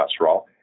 cholesterol